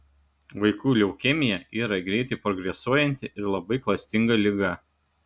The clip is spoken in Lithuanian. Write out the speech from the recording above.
vaikų leukemija yra greitai progresuojanti ir labai klastinga liga